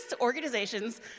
organizations